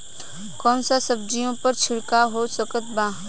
कौन सा सब्जियों पर छिड़काव हो सकत बा?